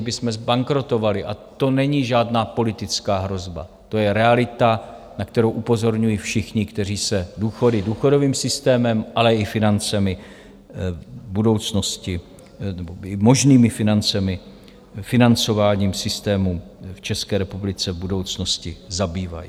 A to není žádná politická hrozba, to je realita, na kterou upozorňuji všichni, kteří se důchody, důchodovým systémem, ale i financemi v budoucnosti, nebo možnými financemi, financováním systému v České republice v budoucnosti zabývají.